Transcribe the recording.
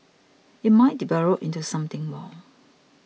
it might develop into something more